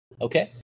Okay